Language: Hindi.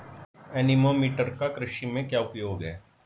एनीमोमीटर का कृषि में क्या उपयोग है?